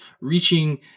reaching